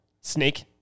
Snake